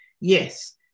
Yes